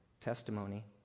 Testimony